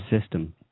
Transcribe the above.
system